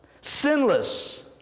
Sinless